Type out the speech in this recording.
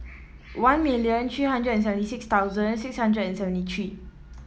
one million three hundred and seventy six thousand six hundred and seventy three